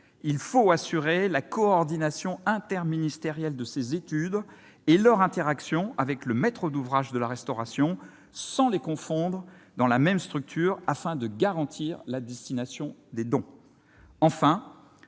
Il faut assurer la coordination interministérielle de ces études et leurs interactions avec le maître d'ouvrage de la restauration, sans les confondre dans la même structure, afin de garantir la destination des dons.